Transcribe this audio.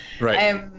Right